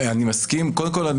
קודם כל,